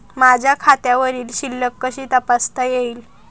माझ्या खात्यावरील शिल्लक कशी तपासता येईल?